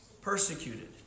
persecuted